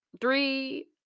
three